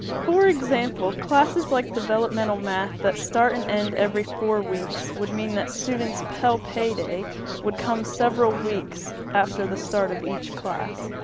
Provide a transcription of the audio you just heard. for example classes like developmental math that start and end every four weeks would mean that students pell pay day would come several weeks after the start of each class.